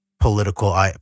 political